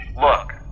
Look